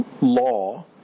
law